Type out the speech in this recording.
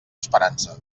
esperança